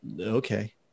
okay